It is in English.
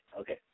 Okay